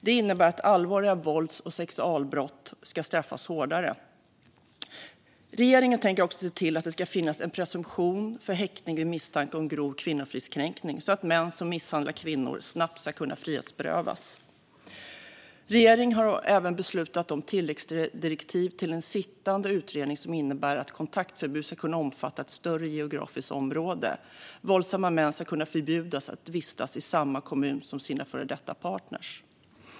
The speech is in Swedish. Det innebär att allvarliga vålds och sexualbrott ska straffas hårdare. Regeringen tänker också se till att det finns en presumtion för häktning vid misstanke om grov kvinnofridskränkning, så att män som misshandlar kvinnor snabbt ska kunna frihetsberövas. Regeringen har även beslutat om tilläggsdirektiv till en sittande utredning som innebär att kontaktförbud ska kunna omfatta ett större geografiskt område. Våldsamma män ska kunna förbjudas att vistas i samma kommun som sina före detta partner.